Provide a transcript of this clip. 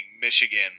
Michigan